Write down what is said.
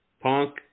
Punk